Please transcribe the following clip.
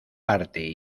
parte